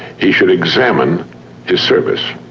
he should examine his service.